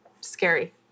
Scary